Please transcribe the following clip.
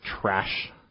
trash